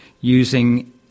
using